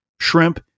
shrimp